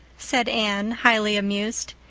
said anne, highly amused.